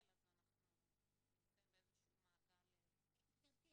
אז אנחנו נמצאים באיזה שהוא מעגל --- גברתי,